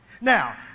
Now